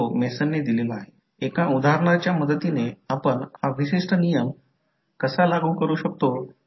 जे M12 M21 M ते भिन्न असू शकत नाही अशा प्रकारे म्युच्युअल इंडक्टन्स एकसारखे असणे आवश्यक आहे